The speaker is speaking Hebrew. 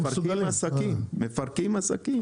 הם מפרקים עסקים.